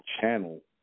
channel